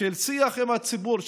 של שיח עם הציבור,